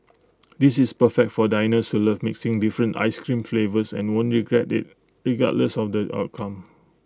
this is perfect for diners who love mixing different Ice Cream flavours and won't regret IT regardless of the outcome